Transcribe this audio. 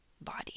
body